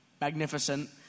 magnificent